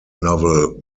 novel